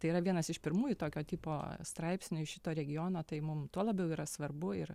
tai yra vienas iš pirmųjų tokio tipo straipsnių iš šito regiono tai mum tuo labiau yra svarbu ir